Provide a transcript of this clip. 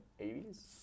80s